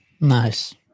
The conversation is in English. Nice